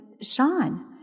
Sean